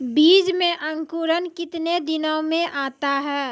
बीज मे अंकुरण कितने दिनों मे आता हैं?